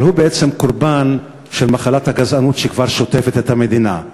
אבל הוא בעצם קורבן של מחלת הגזענות שכבר שוטפת את המדינה.